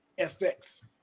FX